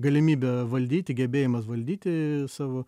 galimybę valdyti gebėjimas valdyti savo